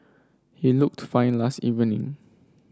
he looked fine last evening